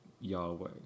Yahweh